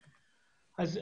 מהשכונה.